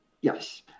Yes